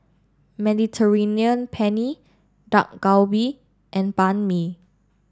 Mediterranean Penne Dak Galbi and Banh Mi